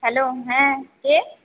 hello হ্যাঁ কে